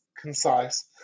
concise